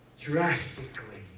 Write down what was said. drastically